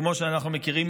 כמו שאנחנו מכירים,